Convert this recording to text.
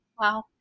Wow